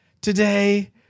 Today